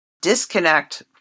disconnect